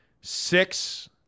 six